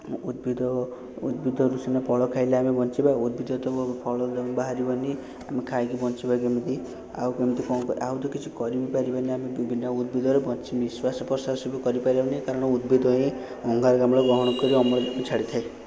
ଉଦ୍ଭିଦ ଉଦ୍ଭିଦରୁ ସିନା ଫଳ ଖାଇଲେ ଆମେ ବଞ୍ଚିବା ଉଦ୍ଭିଦ ତ ଫଳ ଫଳ ବାହାରିବନି ଆମେ ଖାଇକି ବଞ୍ଚିବା କେମିତି ଆଉ କେମିତି କଣ ଆଉ ତ କିଛି କରି ବି ପାରିବାନି ଆମେ ବିନା ଉଦ୍ଭିଦରେ ବଞ୍ଚି ନିଶ୍ୱାସ ପ୍ରଶ୍ୱାସ ବି କରିପାରିବାନି କାରଣ ଉଦ୍ଭିଦ ହିଁ ଅଙ୍ଗାରକାମ୍ଳ ଗ୍ରହଣ କରି ଅମ୍ଳଜାନ ଛାଡ଼ିଥାଏ